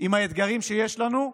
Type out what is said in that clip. עם האתגרים שיש לנו,